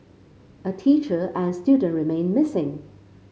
a teacher and student remain missing